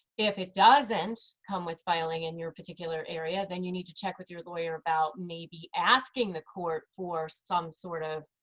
if it doesn't come with filing in your particular area, then you need to check with your lawyer about maybe asking the court for some sort of